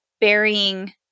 burying